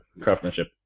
craftsmanship